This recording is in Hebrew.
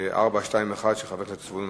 חבר הכנסת איתן כבל שאל את השר להגנת הסביבה ביום